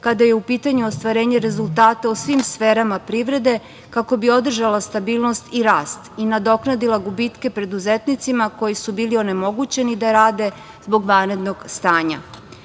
kada je u pitanju ostvarenje rezultata u svim sferama privrede, kako bi održala stabilnost i rast i nadoknadila gubitke preduzetnicima koji su bili onemogućeni da rade zbog vanrednog stanja. Veliki